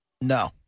No